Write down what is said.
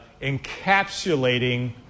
encapsulating